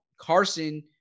Carson